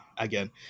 again